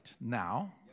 now